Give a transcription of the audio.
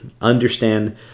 understand